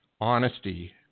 honesty